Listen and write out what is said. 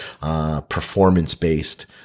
performance-based